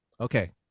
Okay